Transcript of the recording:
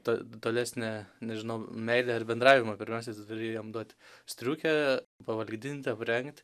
ta tolesnę nežinau meilę ar bendravimą pirmiausia tu turi jiem duot striukę pavalgydint aprengt